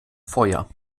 feuer